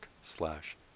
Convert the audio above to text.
slash